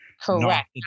Correct